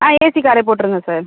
ஆ AC கார்ரே போட்டுருங்க sir